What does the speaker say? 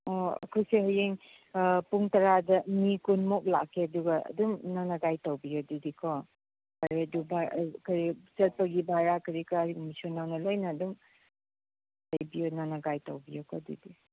ꯑꯩꯈꯣꯏꯁꯦ ꯍꯌꯦꯡ ꯄꯨꯡ ꯇꯔꯥꯗ ꯃꯤ ꯀꯨꯟꯃꯨꯛ ꯂꯥꯛꯀꯗꯕ ꯑꯗꯨꯝ ꯅꯪꯅ ꯒꯥꯏꯗ ꯇꯧꯕꯤꯌꯣ ꯑꯗꯨꯗꯤꯀꯣ ꯐꯔꯦ ꯑꯗꯨ ꯕꯥꯏ ꯑꯩ ꯀꯔꯤ ꯆꯠꯄꯒꯤ ꯚꯔꯥ ꯀꯔꯤ ꯀꯔꯥꯒꯨꯝꯕꯁꯨ ꯅꯪꯅ ꯂꯣꯏꯅ ꯑꯗꯨꯝ ꯅꯪꯅ ꯒꯥꯏꯗ ꯇꯧꯕꯤꯌꯣꯀꯣ ꯑꯗꯨꯗꯤ